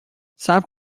صبر